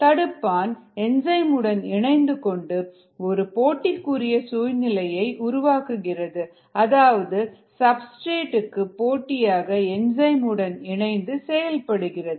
தடுப்பான் என்சைம் உடன் இணைந்து கொண்டு ஒரு போட்டிக்குரிய சூழ்நிலையை உருவாக்குகிறது அதாவது சப்ஸ்டிரேட்க்கு போட்டியாக என்சைம் உடன் இணைந்து செயல்படுகிறது